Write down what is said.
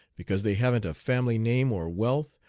because they haven't a family name or wealth,